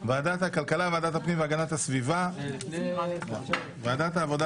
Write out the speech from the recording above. אנחנו נעבור